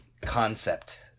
concept